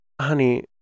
honey